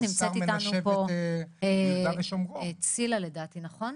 נמצאת איתנו פה צילה לדעתי, נכון?